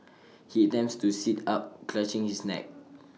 he attempts to sit up clutching his neck